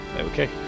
Okay